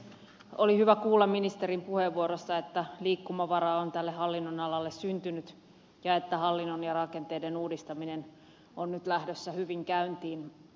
oli hyvä kuulla ministerin puheenvuorossa että liikkumavaraa on tälle hallinnonalalle syntynyt ja että hallinnon ja rakenteiden uudistaminen on nyt lähdössä hyvin käyntiin